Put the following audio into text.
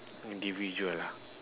individual ah